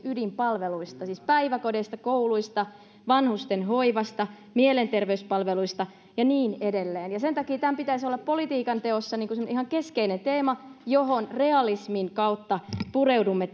ydinpalveluista siis päiväkodeista kouluista vanhustenhoivasta mielenterveyspalveluista ja niin edelleen sen takia tämän pitäisi olla politiikan teossa semmoinen ihan keskeinen teema johon realismin kautta pureudumme